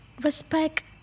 respect